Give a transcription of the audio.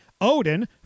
Odin